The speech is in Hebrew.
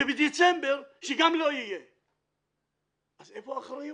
ובדצמבר, שגם לא יהיה, אז איפה האחריות?